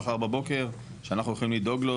מחר בבוקר שאנחנו יכולים לדאוג לו,